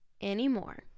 anymore